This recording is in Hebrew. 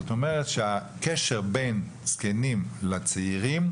זאת אומרת שהקשר בין זקנים לצעירים